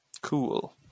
Cool